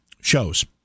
shows